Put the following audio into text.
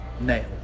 nail